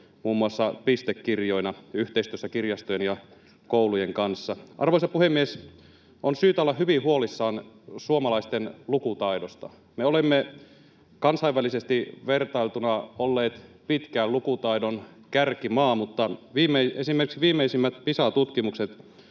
muun muassa pistekirjoina yhteistyössä kirjastojen ja koulujen kanssa. Arvoisa puhemies! On syytä olla hyvin huolissaan suomalaisten lukutaidosta. Me olemme kansainvälisesti vertailtuna olleet pitkään lukutaidon kärkimaa, mutta esimerkiksi viimeisimmät Pisa-tutkimukset